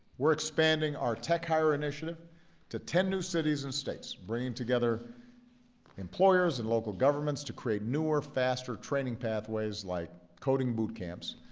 we're expanding our techhire initiative to ten new cities and states bringing together employers and local governments to create newer, faster training pathways, like coding boot camps,